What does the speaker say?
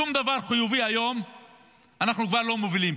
בשום דבר חיובי היום אנחנו כבר לא מובילים.